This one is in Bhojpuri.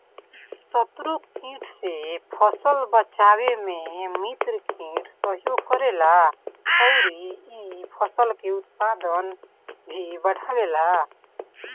शत्रु कीट से फसल बचावे में मित्र कीट सहयोग करेला अउरी इ फसल के उत्पादन भी बढ़ावेला